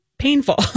painful